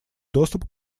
доступ